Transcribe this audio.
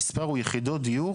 המספר הוא יחידות דיור